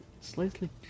slightly